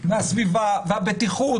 הסביבה והבטיחות.